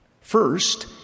First